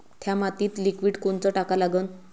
थ्या मातीत लिक्विड कोनचं टाका लागन?